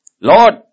Lord